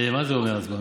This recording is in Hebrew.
מה זה אומר הצבעה?